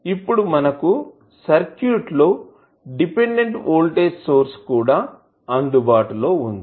ఇప్పుడు మనకు సర్క్యూట్ లో డిపెండెంట్వోల్టేజ్ సోర్స్ కూడా అందుబాటులో ఉంది